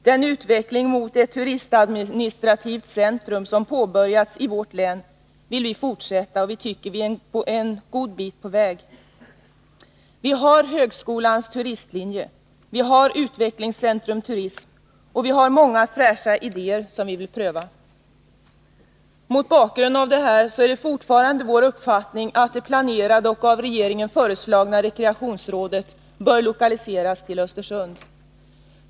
Den utveckling mot ett turistadministrativt centrum som påbörjats i vårt län vill vi skall fortsätta, och vi tycker att vi är på god väg. Vi har högskolans turistlinje, vi har utvecklingscentrum Turism och vi har många fräscha idéer som vi vill pröva. Mot bakgrund av detta är det fortfarande vår uppfattning att det planerade och av regeringen föreslagna rekreationsrådet bör lokaliseras till Östersund.